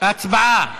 הצבעה